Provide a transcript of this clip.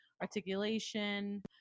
articulation